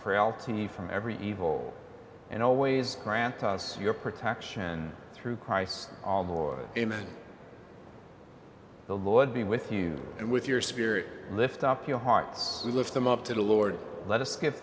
frailty from every evil and always grant us your protection through christ all the was imminent the lord be with you and with your spirit lift up your heart we lift them up to the lord let us g